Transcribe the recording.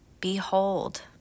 behold